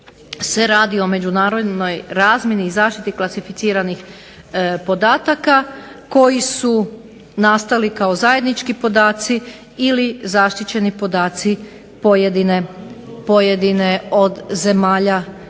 radi o međunarodnoj razmjeni i zaštiti klasificiranih podataka koji su nastali kao zajednički podaci ili zaštićeni podaci pojedine od zemalja